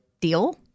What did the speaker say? deal